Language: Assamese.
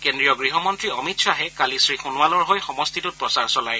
কেন্দ্ৰীয় গৃহমন্ত্ৰী অমিত খাহে কালি শ্ৰীসোণোৱালৰ হৈ সমষ্টিটোত প্ৰচাৰ চলায়